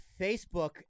Facebook